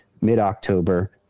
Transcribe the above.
mid-October